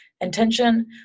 intention